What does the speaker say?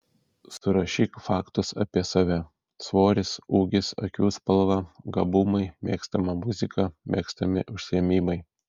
surašyk faktus apie save svoris ūgis akių spalva gabumai mėgstama muzika mėgstami užsiėmimai